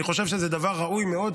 אני חושב שזה דבר ראוי מאוד,